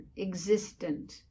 existent